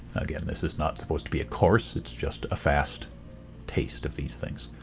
again this is not supposed to be a course, it's just a fast taste of these things.